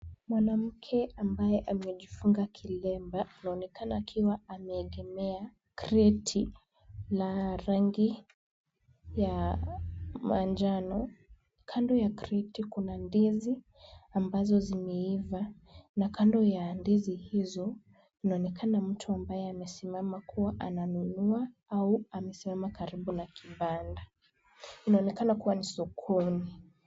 Mwanamke ambaye amejifunga kilemba anaonekana akiwa ameegemea kreti la rangi ya manjano. Kando ya kreti kuna ndizi ambazo zimeiva na kando ya ndizi hizo kunaonekana mtu ambaye amesimama kuwa ananunua au amesimama karibu na kibanda. Inaonekana kuwa ni sokoni.